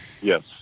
Yes